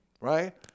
Right